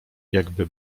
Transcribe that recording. jakby